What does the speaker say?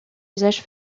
usage